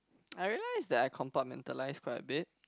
I realized that I compartmentalize quite a bit